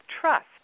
trust